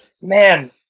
man